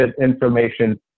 information